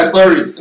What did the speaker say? Sorry